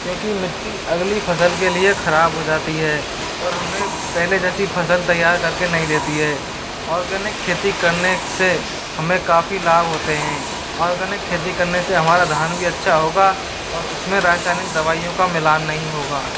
क्योंकि मिट्टी अगली फसल के लिए खराब हो जाती है और हमें पहले जैसी फसल तैयार करके नहीं देती है ऑर्गेनिक खेती करने से हमें काफी लाभ होते हैं ऑर्गेनिक खेती करने से हमारा धान भी अच्छा होगा और उसमें रासायनिक दवाइयों का मिलान नहीं होगा